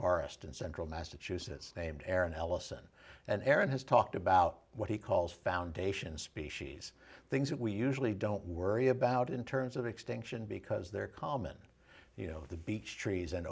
forest in central massachusetts named aaron ellison and aaron has talked about what he calls foundation species things that we usually don't worry about in terms of extinction because they're common you know the beech trees and